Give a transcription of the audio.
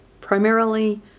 primarily